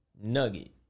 nugget